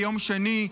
ביום שני,